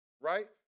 right